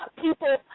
People